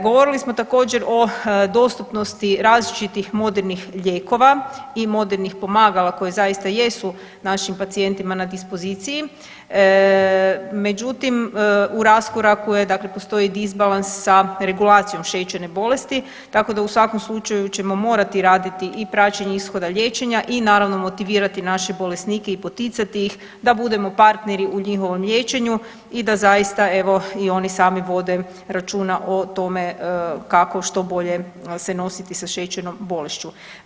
Govorili smo također o dostupnosti različitih modernih lijekova i modernih pomagala koji zaista jesu našim pacijentima na dispoziciji, međutim u raskoraku je dakle postoji disbalans sa regulacijom šećerne bolesti tako da u svakom slučaju ćemo morati raditi i praćenje ishoda liječenja i naravno motivirati naše bolesnike i poticati ih da budemo partneri u njihovom liječenju i da zaista evo i oni sami vode računa o tome kako što bolje se nositi sa šećernom bolešću.